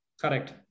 Correct